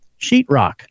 sheetrock